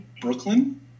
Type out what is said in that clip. Brooklyn